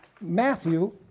Matthew